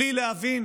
בלי להבין